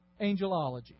angelology